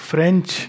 French